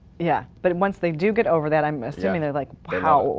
yeah, but and once they do get over that, i'm assuming they're like, wow,